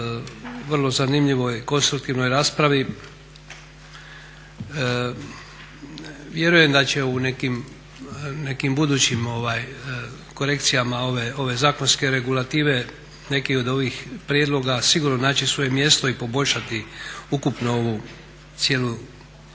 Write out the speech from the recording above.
vrlo zanimljivoj, konstruktivnoj raspravi. Vjerujem da će u nekim budućim korekcijama ove zakonske regulative neki od ovih prijedloga sigurno naći svoje mjesto i poboljšati ukupno ovu cijelu